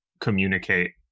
communicate